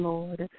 Lord